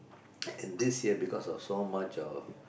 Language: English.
and this year because of so much of